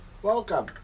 Welcome